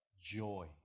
joy